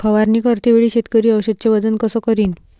फवारणी करते वेळी शेतकरी औषधचे वजन कस करीन?